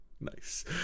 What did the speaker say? nice